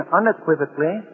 unequivocally